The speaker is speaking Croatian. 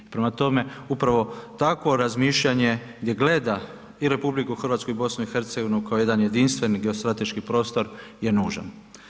Prema tome, upravo takvo razmišljanje gdje gleda i RH i BiH kao jedan jedinstveni geostrateški prostor je nužan.